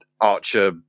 Archer